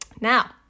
Now